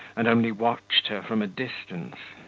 and only watched her from a distance.